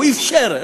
הוא אפשר,